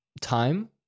time